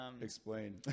explain